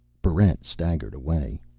barrent staggered away.